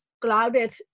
clouded